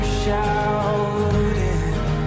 shouting